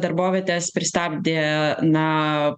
darbovietės pristabdė na